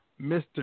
Mr